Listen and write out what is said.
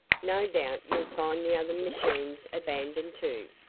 no doubt you'll find the other machines abandoned, too.